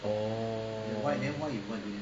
orh